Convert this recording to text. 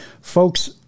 Folks